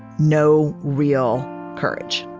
no real courage